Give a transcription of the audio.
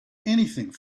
anything